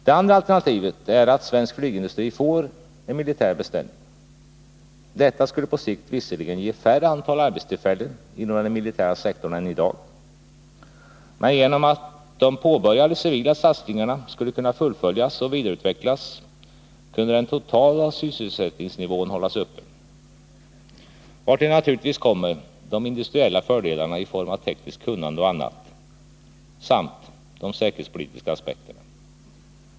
Det andra alternativet är att svensk flygindustri får en militär beställning. Detta skulle på sikt visserligen ge färre arbetstillfällen inom den militära sektorn än man har i dag. Men genom att de påbörjade civila satsningarna skulle kunna fullföljas och vidareutvecklas kunde den totala sysselsättningsnivån hållas uppe. Härtill kommer naturligtvis de industriella fördelarna i form av tekniskt kunnande och annat samt de säkerhetspolitiska aspekterna.